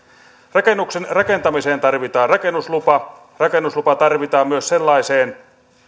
rakennuksen rakentamiseen tarvitaan rakennuslupa rakennuslupa tarvitaan myös sellaiseen